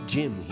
Jim